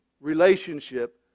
relationship